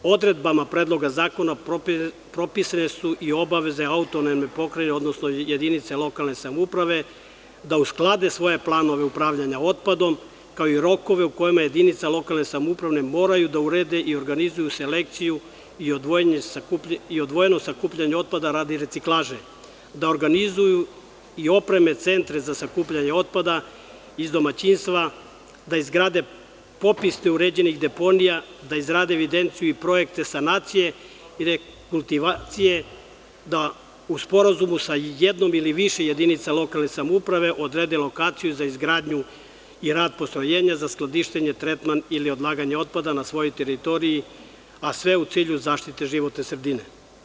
Odredbama Predloga zakona, propisane su i obaveze autonomne pokrajine odnosno jedinice lokalne samouprave, da usklade svoje planove upravljanja otpadom kao i rokove u kojima jedinice lokalne samouprave moraju da urede i organizuju selekciju i odvojeno sakupljanje otpada radi reciklaže, da organizuju i opreme centre za sakupljanje otpada iz domaćinstva, da izrade popis uređenih deponija, da izrade evidenciju i projekte sanacije i rekultivacije, da u sporazumu sa jednom ili više jedinica lokalne samouprave odrede lokaciju za izgradnju i rad postrojenja za skladištenje, tretman ili odlaganje otpada na svojoj teritoriji, a sve u cilju zaštite životne sredine.